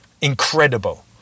incredible